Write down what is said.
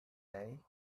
day